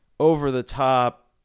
over-the-top